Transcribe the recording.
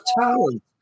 talent